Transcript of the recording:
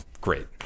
great